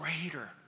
greater